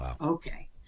Okay